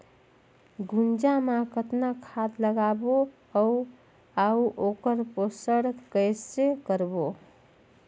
गुनजा मा कतना खाद लगाबो अउ आऊ ओकर पोषण कइसे करबो?